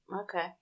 Okay